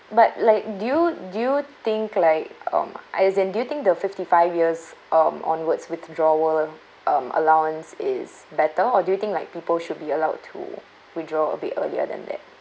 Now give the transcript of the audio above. but like do you do you think like um as in do you think the fifty five years um onwards withdrawal um allowance is better or do you think like people should be allowed to withdraw a bit earlier than that